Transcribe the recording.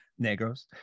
Negros